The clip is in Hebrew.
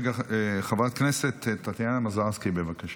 חברת הכנסת טטיאנה מזרסקי, בבקשה.